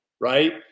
right